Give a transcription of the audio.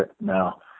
now